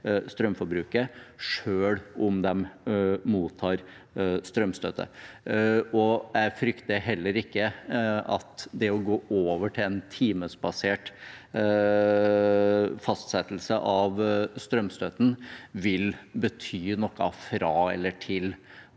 strømforbruket selv om de mottar strømstøtte. Jeg frykter heller ikke at det å gå over til en timebasert fastsettelse av strømstøtten vil bety noe fra eller til